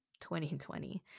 2020